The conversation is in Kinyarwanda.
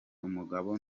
umugabo